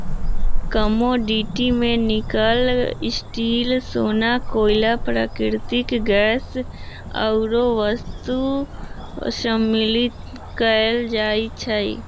commodity में nickel, steel,, सोना, कोइला, प्राकृतिक गैस आउरो वस्तु शामिल कयल जाइ छइ